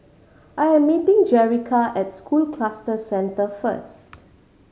I am meeting Jerica at School Cluster Centre first